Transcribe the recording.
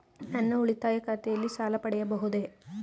ನನ್ನ ಉಳಿತಾಯ ಖಾತೆಯಲ್ಲಿ ಸಾಲ ಪಡೆಯಬಹುದೇ?